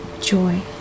joy